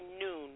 noon